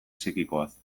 psikikoaz